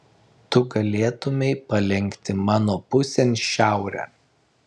tu galėtumei palenkti mano pusėn šiaurę